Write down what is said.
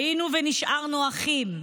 היינו ונשארנו אחים,